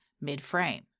mid-frame